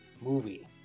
movie